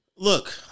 Look